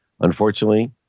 unfortunately